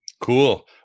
Cool